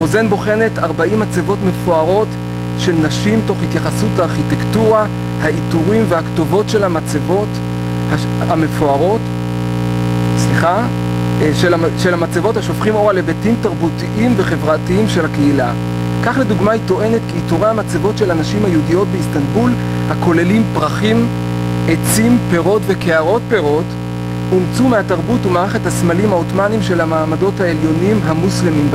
אוזן בוחנת 40 מצבות מפוארות של נשים תוך התייחסות לארכיטקטורה, העיטורים והכתובות של המצבות המפוארות, סליחה, של המצבות, השופכים אור על היבטים תרבותיים וחברתיים של הקהילה. כך לדוגמה היא טוענת, כיעיטורי המצבות של הנשים היהודיות באיסטנבול, הכוללים פרחים, עצים, פירות וקערות פירות, אומצו מהתרבות וממערכת הסמלים העותמאניים של המעמדות העליונים המוסלמים ב...